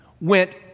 went